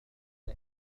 انه